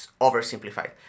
oversimplified